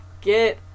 get